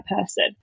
person